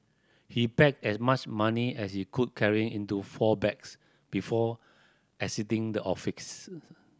he packed as much money as he could carry into four bags before exiting the